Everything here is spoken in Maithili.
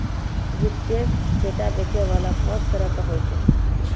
वित्तीय डेटा बेचै बाला पांच तरहो के होय छै